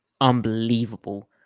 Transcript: unbelievable